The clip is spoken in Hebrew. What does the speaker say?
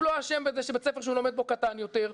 הוא לא אשם בזה שבית הספר שהוא לומד בו קטן יותר,